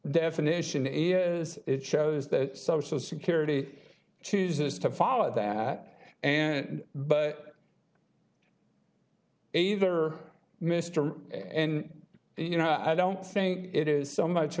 definition is it shows that social security chooses to follow that and but a there are mister you know i don't think it is so much a